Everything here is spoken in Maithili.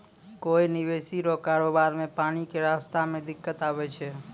कोय विदेशी रो कारोबार मे पानी के रास्ता मे दिक्कत आवै छै